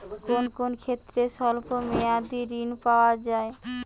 কোন কোন ক্ষেত্রে স্বল্প মেয়াদি ঋণ পাওয়া যায়?